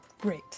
great